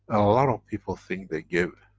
a lot of people think they give,